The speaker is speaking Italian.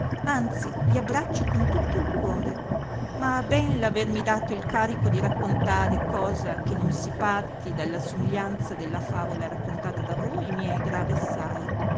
anzi gli abbraccio con tutto il cuore ma ben l'avermi dato il carico di raccontare cosa che non si parti dalla somiglianza della favola raccontata da voi mi è grave assai